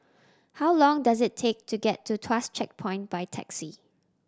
how long does it take to get to Tuas Checkpoint by taxi